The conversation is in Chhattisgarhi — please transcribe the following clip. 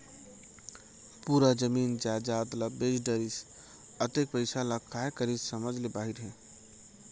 पूरा जमीन जयजाद ल बेच डरिस, अतेक पइसा ल काय करिस समझ ले बाहिर हे